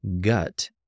gut